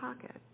pocket